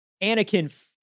Anakin